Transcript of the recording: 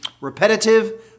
repetitive